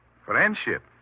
Friendship